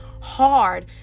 hard